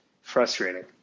frustrating